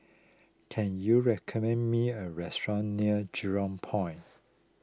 can you recommend me a restaurant near Jurong Point